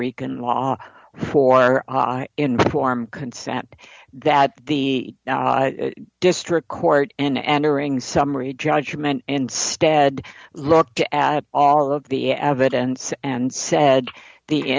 rican law for informed consent that the district court and uring summary judgment and stead looked at all of the evidence and said the